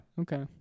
Okay